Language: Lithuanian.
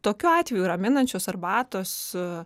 tokiu atveju raminančios arbatos